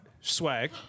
Swag